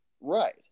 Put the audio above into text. right